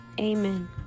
Amen